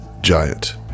giant